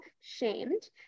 shamed